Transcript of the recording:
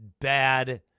bad